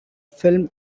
film